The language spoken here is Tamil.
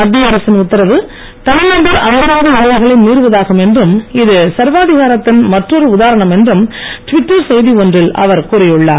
மத்திய அரசின் உத்தரவு தனிநபர் அந்தரங்க உரிமைகளை மீறுவதாகும் என்றும் இது சர்வாதிகாரத்தின் மற்றொரு உதாரணம் என்றும் டுவிட்டர் செய்தி ஒன்றில் அவர் கூறியுள்ளார்